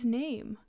name